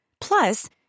Plus